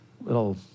little